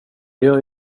gör